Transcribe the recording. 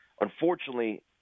Unfortunately